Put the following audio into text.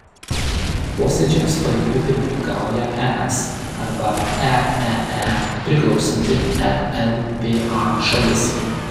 posėdžiams paeiliui pirmininkauja es arba eee priklausanti elpa šalis